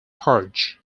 purge